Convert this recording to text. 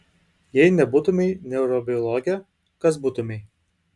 jei nebūtumei neurobiologė kas būtumei